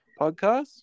podcast